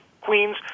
Queens